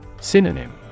Synonym